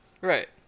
Right